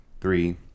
Three